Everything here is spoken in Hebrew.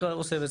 זה עושה.